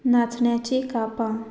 नाचण्याची कापां